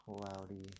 cloudy